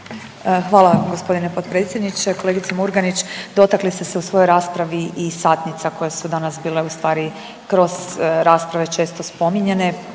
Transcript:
Hvala g. potpredsjedniče. Kolegice Murganić, dotakli ste se u svojoj raspravi i satnica koje su danas bile kroz rasprave često spominjane